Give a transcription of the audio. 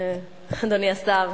אדוני השר,